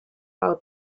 out